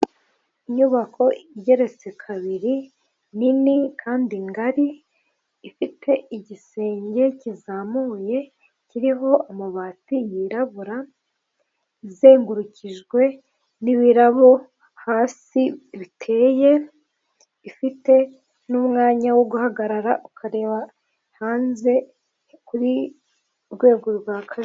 Inyubako igeretse kabiri nini kandi ngari, ifite igisenge kizamuye kiriho amabati yirabura izengurukijwe n'ibirabo hasi biteye, ifite n'umwanya wo guhagarara ukareba hanze kuri rwego rwa kabiri.